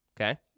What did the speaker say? okay